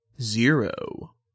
Zero